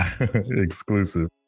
Exclusive